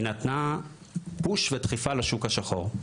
היא נתנה פוש ודחיפה לשוק השחור,